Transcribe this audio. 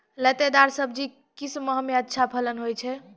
लतेदार दार सब्जी किस माह मे अच्छा फलन होय छै?